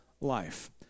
life